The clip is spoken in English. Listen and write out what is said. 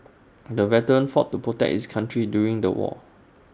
the veteran fought to protect his country during the war